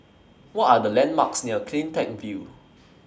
What Are The landmarks near CleanTech View